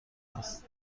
است